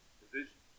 division